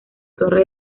torre